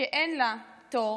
שאין לה תור